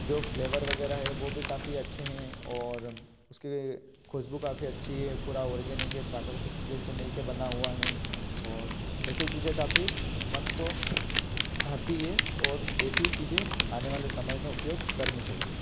जो फ्लेवर वगैरह हैं वह भी काफ़ी अच्छे हैं और उसके खुशबू काफ़ी अच्छी है पूरा ऑर्गेनिक है प्राकृतिक चीज से मिलकर बना हुआ है और ऐसी चीज़ें काफ़ी मन को भाती हैं आने वाले समय में उपयोग करनी चाहिए